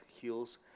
heals